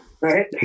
Right